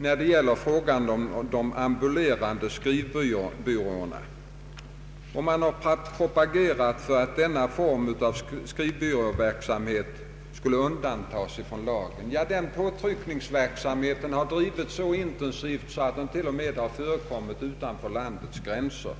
i frågan om de s.k. ambulerande skrivbyråerna. Man har propagerat för att denna form av skrivbyråverksamhet skall undantas från lagen. Den påtryckningsverksamheten har drivits mycket intensivt, ja den har till och med förekommit utanför landets gränser.